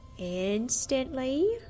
Instantly